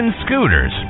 Scooters